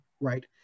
Right